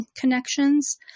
connections